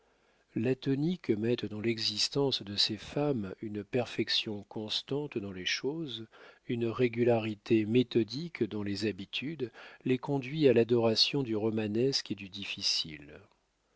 goût l'atonie que mettent dans l'existence de ces femmes une perfection constante dans les choses une régularité méthodique dans les habitudes les conduit à l'adoration du romanesque et du